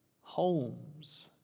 homes